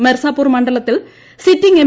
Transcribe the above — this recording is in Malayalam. മിർസാപൂർ മണ്ഡലത്തിൽ സിറ്റിംഗ് എം